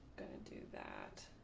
going into that.